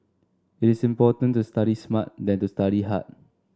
it is important to study smart than to study hard